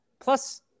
plus